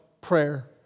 prayer